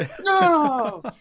No